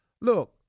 Look